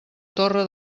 torre